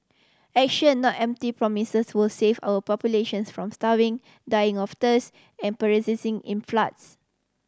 action not empty promises will save our populations from starving dying of thirst and perishing in floods